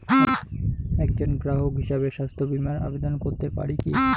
একজন গ্রাহক হিসাবে স্বাস্থ্য বিমার আবেদন করতে পারি কি?